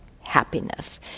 happiness